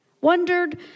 wondered